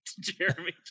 Jeremy